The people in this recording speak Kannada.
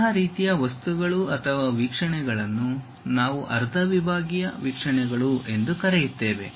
ಅಂತಹ ರೀತಿಯ ವಸ್ತುಗಳು ಅಥವಾ ವೀಕ್ಷಣೆಗಳನ್ನು ನಾವು ಅರ್ಧ ವಿಭಾಗೀಯ ವೀಕ್ಷಣೆಗಳು ಎಂದು ಕರೆಯುತ್ತೇವೆ